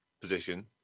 position